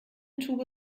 tube